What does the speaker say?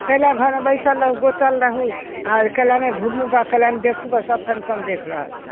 कैलए घरमे बैसल रहू गोँतल रहू आओर कैलए नहि घुमू आओर कैलए नहि देखू आओर सब फँक्शन देखि रहल छी